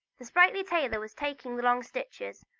the sprightly tailor was taking the long stitches,